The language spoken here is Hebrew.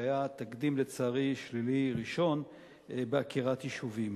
שלצערי היתה תקדים שלילי ראשון בעקירת יישובים.